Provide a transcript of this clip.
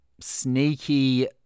sneaky